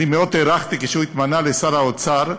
מאוד הערכתי כשהוא התמנה לשר האוצר,